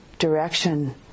direction